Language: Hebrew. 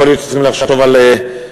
יכול להיות שצריכים לחשוב על הובלת,